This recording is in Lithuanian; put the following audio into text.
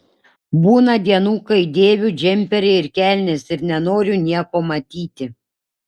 būna dienų kai dėviu džemperį ir kelnes ir nenoriu nieko matyti